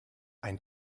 ein